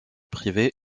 privée